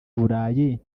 burayi